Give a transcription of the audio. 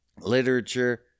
literature